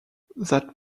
that